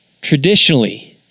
Traditionally